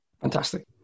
Fantastic